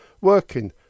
working